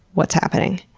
what's happening?